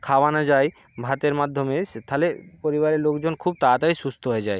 খাওয়ানো যায় ভাতের মাধ্যমে সে তাহলে পরিবারের লোকজন খুব তাড়াতাড়ি সুস্থ হয়ে যায়